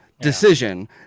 decision